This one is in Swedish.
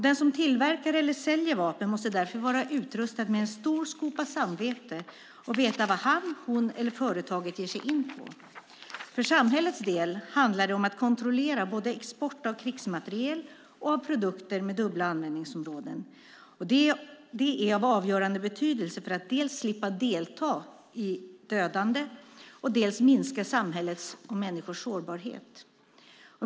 Den som tillverkar eller säljer vapen måste därför vara utrustad med en stor skopa samvete och veta vad han, hon eller företaget ger sig in på. För samhällets del handlar det om att kontrollera både export av krigsmateriel och produkter med dubbla användningsområden. Det är av avgörande betydelse för att dels slippa delta i dödande, dels minska samhällets och människors sårbarhet.